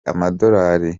amadolari